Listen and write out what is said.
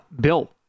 Bill